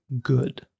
good